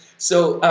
so,